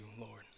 Lord